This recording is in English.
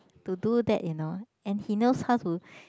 to do that you know and he knows how to